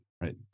right